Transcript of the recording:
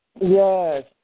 Yes